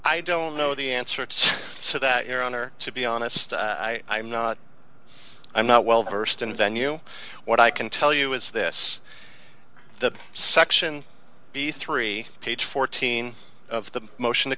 i don't know the answer to so that your honor to be honest i am not i'm not well versed in venue what i can tell you is this the section b three page fourteen of the motion to